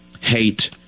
hate